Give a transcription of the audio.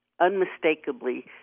unmistakably